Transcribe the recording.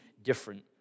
different